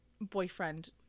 boyfriend